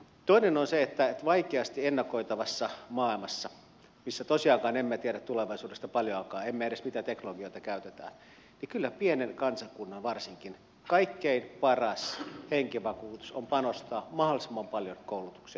toinen on se että kyllä vaikeasti ennakoitavassa maailmassa missä tosiaankaan emme tiedä tulevaisuudesta paljoakaan emme edes mitä teknologioita käytetään varsinkin pienen kansakunnan kaikkein paras henkivakuutus on panostaa mahdollisimman paljon koulutukseen ja osaamiseen